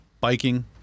biking